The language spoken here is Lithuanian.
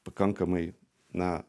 pakankamai na